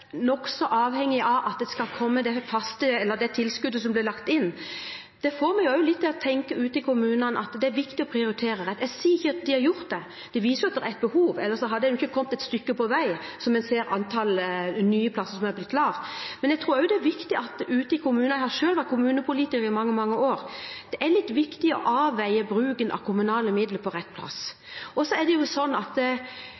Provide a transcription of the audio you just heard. nokså avhengige av at det tilskuddet som skal komme, ble lagt inn, får meg til å tenke at det er viktig å prioritere rett ute i kommunene. Jeg sier ikke at de har gjort det. Det viser jo at det er et behov, ellers hadde en ikke kommet et stykke på vei, som en ser av antallet nye plasser som er blitt opprettet. Men jeg tror det er viktig at en ute i kommunene – jeg har selv vært kommunepolitiker i mange, mange år – avveier bruken av kommunale midler, at de kommer på rett plass.